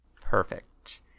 perfect